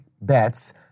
bets